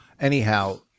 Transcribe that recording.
Anyhow